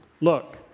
Look